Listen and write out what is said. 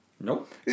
Nope